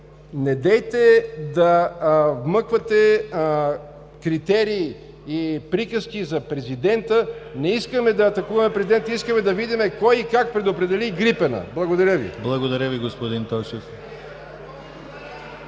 недейте да вмъквате критерии и приказки за президента. Не искаме да атакуваме президента. Искаме да видим кой и как предопредели „Грипен“? Благодаря Ви. (Смях и шум)